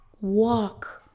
walk